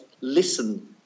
listen